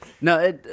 No